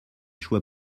choix